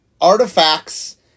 artifacts